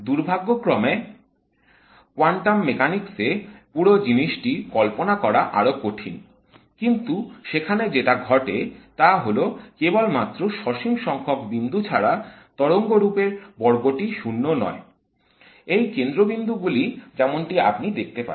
দুর্ভাগ্যক্রমে quantum mechanics এ পুরো জিনিসটি কল্পনা করা আরও কঠিন কিন্তু সেখানে যেটা ঘটে তা হল কেবল মাত্র সসীম সংখ্যক বিন্দু ছাড়া তরঙ্গরূপ এর বর্গটি শূন্য নয় এই কেন্দ্রবিন্দু গুলি যেমনটি আপনি দেখতে পাচ্ছেন